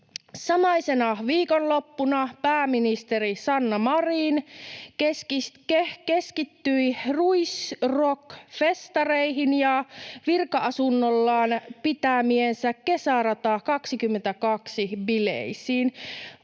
Samaisena viikonloppuna pääministeri Sanna Marin keskittyi Ruisrock-festareihin ja virka-asunnollaan pitämiinsä Kesärata 22 ‑bileisiin.